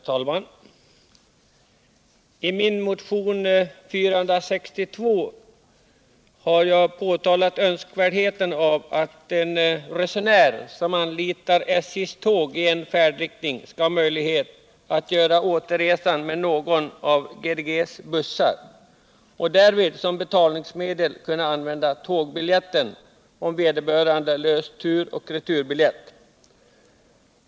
Herr talman! I min motion 1977/78:462 har jag framhållit önskvärdheten av att en resenär som anlitat SJ:s tåg i en färdriktning skall ha möjlighet att göra återresan med någon av GDG:s bussar och därvid som betalningsmedel kunna använda tågbiljetten om vederbörande har löst turoch returbiljett.